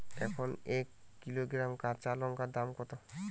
এখন এক কিলোগ্রাম কাঁচা লঙ্কার দাম কত?